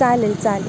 चालेल चालेल